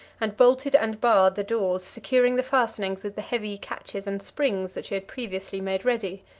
and bolted and barred the doors, securing the fastenings with the heavy catches and springs that she had previously made ready.